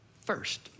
first